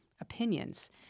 opinions